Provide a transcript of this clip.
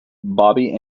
bobbie